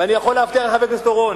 ואני יכול להבטיח לחבר הכנסת אורון: